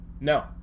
No